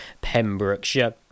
Pembrokeshire